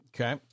Okay